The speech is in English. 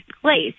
place